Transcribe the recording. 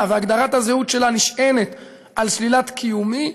והגדרת הזהות שלה נשענת על שלילת קיומי,